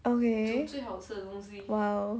mm !wow!